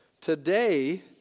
Today